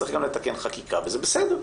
צריך גם לתקן חקיקה וזה בסדר.